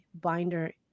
binder